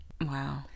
Wow